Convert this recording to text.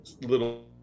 little